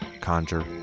conjure